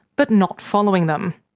but not following them.